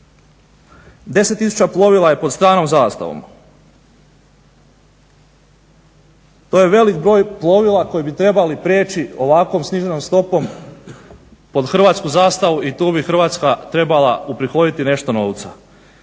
10000 plovila je pod stranom zastavom. To je velik broj plovila koji bi trebali prijeći ovakvom sniženom stopom pod hrvatsku zastavu i tu bi Hrvatska trebala uprihoditi nešto novca.